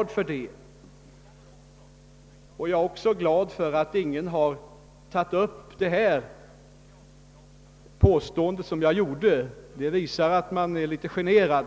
Det är litet generande